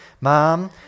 mom